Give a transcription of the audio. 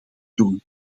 doen